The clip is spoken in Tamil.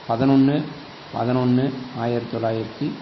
பதனொன்று பதனொன்று ஆயிரத்தி தொள்ளாயிரத்தி